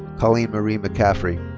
colleen marie mccaffrey.